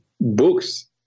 books